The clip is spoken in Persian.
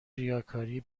ریاکاری